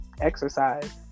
exercise